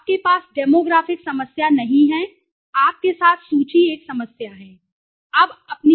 तो आपके पास डेमोग्राफिक समस्या नहीं है आपके साथ सूची 1 समस्या है